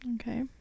Okay